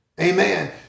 Amen